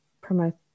promote